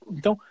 Então